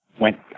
Went